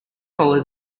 follow